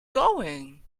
going